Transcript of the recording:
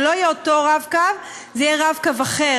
זה לא יהיה אותו "רב-קו", זה יהיה "רב-קו" אחר.